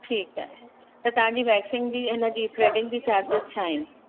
ठीकु आहे त तव्हांजी वेक्सिंग जी हिनजी थ्रेडिंग जी चार्ज़िस छा आहिनि